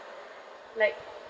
like